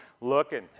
looking